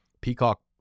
Peacock